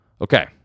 Okay